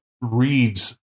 reads